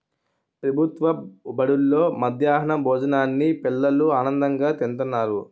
ప్రభుత్వ బడుల్లో మధ్యాహ్నం భోజనాన్ని పిల్లలు ఆనందంగా తింతన్నారు